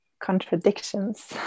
contradictions